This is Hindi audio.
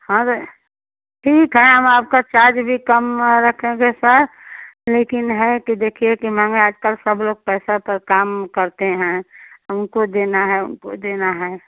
हाँ तो ठीक है हम आपका चार्ज भी कम रखेंगे सर लेकिन है कि देखिए कि महंगा आज कल सब लोग पैसे पर काम करते हैं हमको देना है उनको देना है